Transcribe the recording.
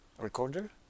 recorder